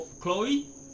Chloe